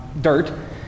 dirt